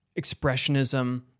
expressionism